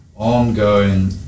ongoing